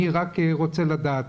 אני רק רוצה לדעת,